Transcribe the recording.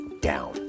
down